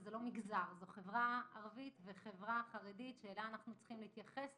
שזה לא מגזר אלא זו חברה ערבית וחברה חרדית שאליה אנחנו צריכים להתייחס,